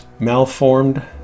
malformed